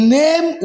name